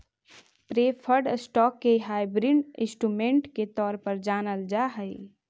preferred stock के hybrid instrument के तौर पर जानल जा हइ